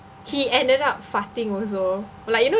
he ended up farting also like you know